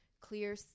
clear